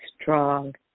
strong